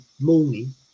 morning